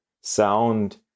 sound